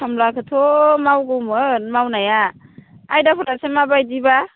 खामलाखौथ' मावगौमोन मावनाया आयदाफोरासो मा बायदिबा